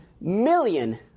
million